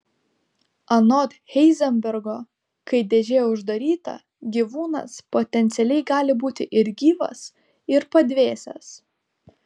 anot heizenbergo kai dėžė uždaryta gyvūnas potencialiai gali būti ir gyvas ir padvėsęs